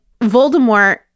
Voldemort